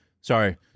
sorry